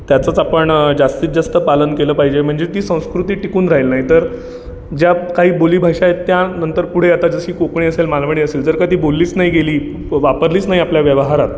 त्याचंच आपण जास्तीत जास्त पालन केलं पाहिजे म्हणजे ती संस्कृती टिकून राहील नाहीतर ज्या काही बोलीभाषा आहेत त्या नंतर पुढे आता जशी कोकणी असेल मालवणी असेल जर का ती बोललीच नाही गेली वापरलीच नाही आपल्या व्यवहारात